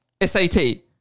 S-A-T